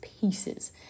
pieces